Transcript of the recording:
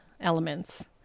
elements